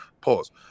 pause